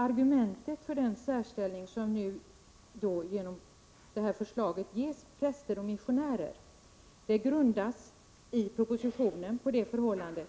Argumentet i propositionen för den särställning som präster och missionärer genom förslaget får är det förhållandet